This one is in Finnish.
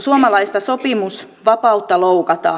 suomalaista sopimusvapautta loukataan